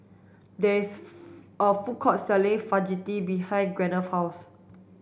there is a food court selling Fajitas behind Gwyneth's house